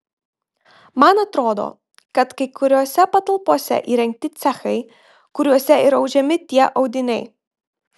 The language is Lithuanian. man atrodo kad kai kuriose patalpose įrengti cechai kuriuose ir audžiami tie audiniai